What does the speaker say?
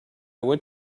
went